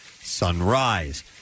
Sunrise